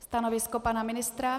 Stanovisko pana ministra?